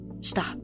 Stop